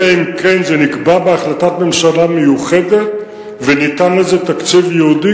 אלא אם כן זה נקבע בהחלטת ממשלה מיוחדת וניתן לכך תקציב ייעודי,